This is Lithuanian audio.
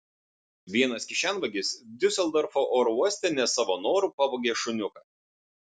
vienas kišenvagis diuseldorfo oro uoste ne savo noru pavogė šuniuką